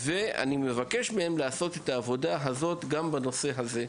ואני מבקש מהם לעשות את העבודה הזאת גם בנושא הזה,